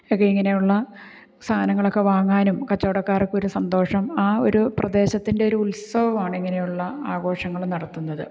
ഒക്കെ ഇങ്ങനെയുള്ള സാനങ്ങളൊക്കെ വാങ്ങാനും കച്ചവടക്കാര്ക്കൊരു സന്തോഷം ആ ഒരു പ്രദേശത്തിന്റെ ഒരു ഉത്സമാണ് ഇങ്ങനെയുള്ള ആഘോഷങ്ങൾ നടത്തുന്നത്